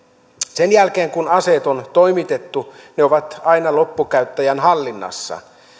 sen jälkeen kun aseet on toimitettu ne ovat aina loppukäyttäjän hallinnassa